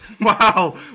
Wow